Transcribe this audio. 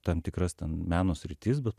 tam tikras ten meno sritis bet